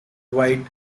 wide